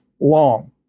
long